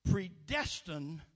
predestined